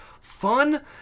fun